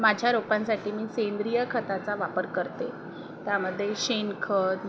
माझ्या रोपांसाठी मी सेंद्रिय खताचा वापर करते त्यामध्ये शेणखत